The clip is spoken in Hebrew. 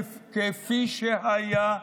כפי שהיה נהוג,